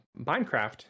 Minecraft